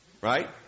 Right